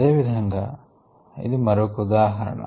అదేవిధం గా ఇది మరొక ఉదాహరణ